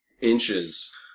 inches